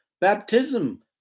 baptism